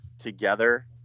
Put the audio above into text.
together